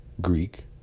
Greek